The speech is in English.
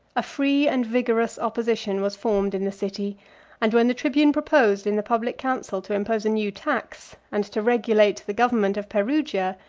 a free and vigorous opposition was formed in the city and when the tribune proposed in the public council to impose a new tax, and to regulate the government of perugia,